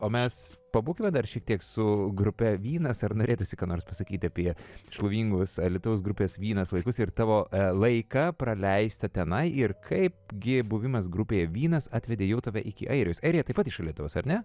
o mes pabūkime dar šiek tiek su grupe vynas ar norėtųsi ką nors pasakyti apie šlovingus alytaus grupės vynas laikus ir tavo laiką praleistą tenai ir kaip gi buvimas grupėje vynas atvedė jau tave iki airijos airija taip pat iš alytaus ar ne